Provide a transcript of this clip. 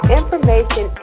information